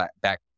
back